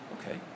Okay